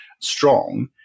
strong